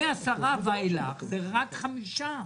מעשרה ואילך זה רק חמישה.